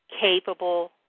capable